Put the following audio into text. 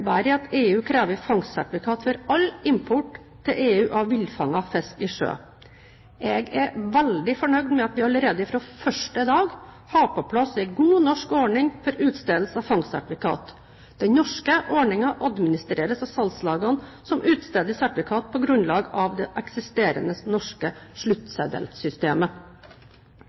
at EU krever fangstsertifikat for all import til EU av villfanget fisk i sjø. Jeg er veldig fornøyd med at vi allerede fra første dag hadde på plass en god norsk ordning for utstedelse av fangstsertifikat. Den norske ordningen administreres av salgslagene, som utsteder sertifikat på grunnlag av det eksisterende norske sluttseddelsystemet.